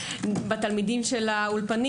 בתלמידי האולפנים.